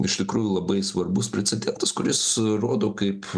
iš tikrųjų labai svarbus precedentas kuris rodo kaip